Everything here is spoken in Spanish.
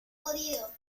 podido